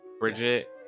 Bridget